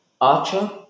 Archer